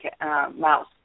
mouse